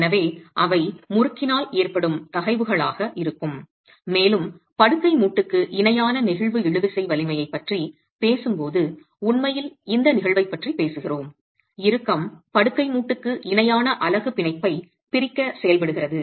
எனவே அவை முறுக்கினால் ஏற்படும் தகைவுகலாக இருக்கும் மேலும் படுக்கை மூட்டுக்கு இணையான நெகிழ்வு இழுவிசை வலிமையைப் பற்றி பேசும்போது உண்மையில் இந்த நிகழ்வைப் பற்றி பேசுகிறோம் இறுக்கம் படுக்கை மூட்டுக்கு இணையான அலகு பிணைப்பைப் பிரிக்க செயல்படுகிறது